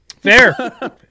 Fair